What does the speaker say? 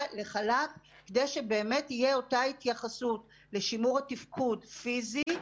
לחל"ת כדי שבאמת תהיה אותה התייחסות לשימור התפקוד הפיזי,